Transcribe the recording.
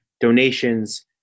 Donations